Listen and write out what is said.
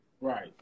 right